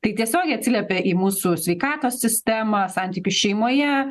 tai tiesiogiai atsiliepia į mūsų sveikatos sistemą santykius šeimoje